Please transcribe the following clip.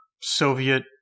Soviet